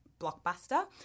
blockbuster